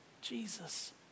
Jesus